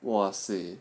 !wahseh!